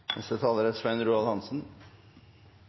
Neste taler er